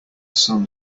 sun